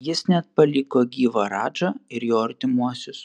jis net paliko gyvą radžą ir jo artimuosius